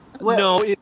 No